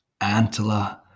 antler